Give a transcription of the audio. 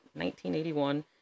1981